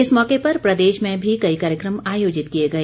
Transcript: इस मौके पर प्रदेश में भी कई कार्यक्रम आयोजित किए गए